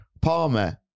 Palmer